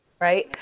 right